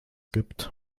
gibt